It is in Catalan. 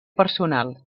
personal